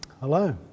hello